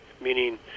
meaning